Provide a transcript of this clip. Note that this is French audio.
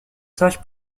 sage